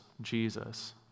Jesus